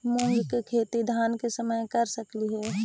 मुंग के खेती धान के समय कर सकती हे?